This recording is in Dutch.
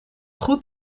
goed